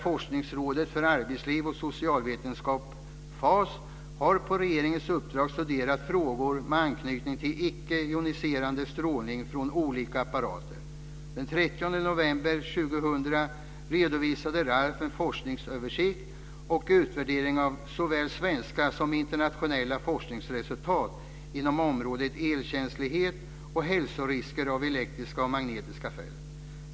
FAS, har på regeringens uppdrag studerat frågor med anknytning till icke joniserande strålning från olika apparater. Den 30 november 2000 redovisade RALF en forskningsöversikt och utvärdering av såväl svenska som internationella forskningsresultat inom området elkänslighet och hälsorisker av elektriska och magnetiska fält.